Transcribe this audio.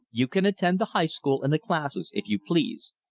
you can attend the high school and the classes, if you please.